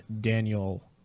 Daniel